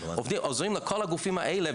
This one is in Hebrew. עוזרים לכל הגופים האלה.